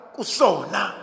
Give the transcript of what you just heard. Kusona